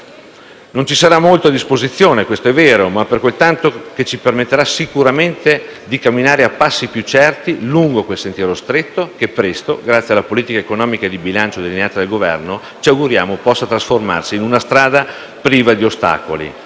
Non ci sarà molto a disposizione, questo è vero, ma quel tanto che ci permetterà sicuramente di camminare a passi più certi lungo questo sentiero stretto che presto, grazie alla politica economica e di bilancio delineata dal Governo, ci auguriamo possa trasformarsi in una strada priva di ostacoli.